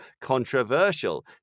controversial